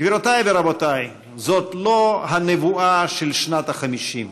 גבירותיי ורבותיי, זאת לא הנבואה של שנת ה-50,